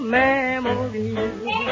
memories